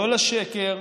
לא לשקר,